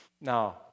Now